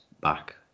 back